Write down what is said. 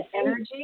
energy